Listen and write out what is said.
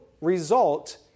result